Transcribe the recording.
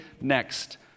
next